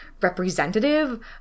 representative